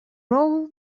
raoul